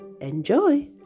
Enjoy